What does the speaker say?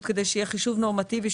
המטרה היא שיהיה חישוב נורמטיבי,